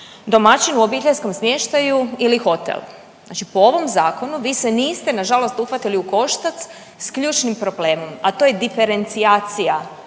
domaćin u obiteljskom smještaju ili hotel? Znači po ovom zakonu vi se niste nažalost uhvatili u koštac s ključnim problemom, a to je diferencijacija